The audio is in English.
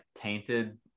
tainted